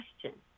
question